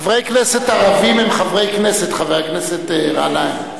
חברי כנסת ערבים הם חברי כנסת, חבר הכנסת גנאים.